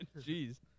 Jeez